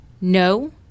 No